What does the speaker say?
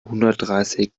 hundertdreißig